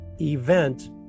event